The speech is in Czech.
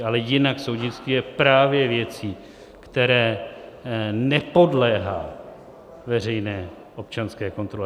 Ale jinak soudnictví je právě věcí, které nepodléhá veřejné občanské kontrole.